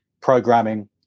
programming